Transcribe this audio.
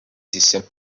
sisse